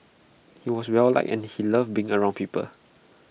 he was well liked and he loved being around people